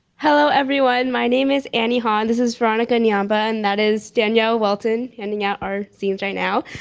hello, everyone, my name is annie hall and this is veronica nyamba. and that is danielle walton handing out our scenes right now.